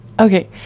okay